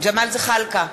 ג'מאל זחאלקה,